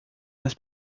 nas